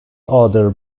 other